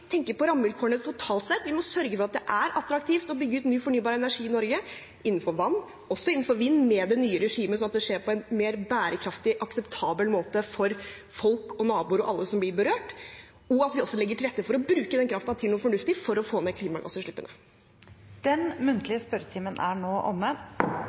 tenke på rammevilkårene totalt sett. Vi må sørge for at det er attraktivt å bygge ut ny fornybar energi i Norge innenfor vann og også innenfor vind, med det nye regimet, sånn at det skjer på en mer bærekraftig og akseptabel måte for folk og naboer og alle som blir berørt, og at vi også legger til rette for å bruke den kraften til noe fornuftig for å få ned klimagassutslippene. Den muntlige spørretimen er nå omme.